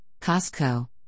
Costco